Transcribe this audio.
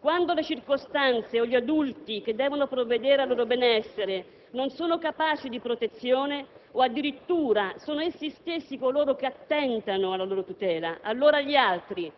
Quando gli adulti che devono provvedere al loro benessere non sono capaci di protezione, o addirittura sono essi stessi coloro che attentano alla loro tutela, allora gli altri,